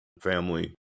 family